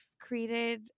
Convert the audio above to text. created